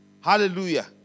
Hallelujah